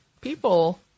people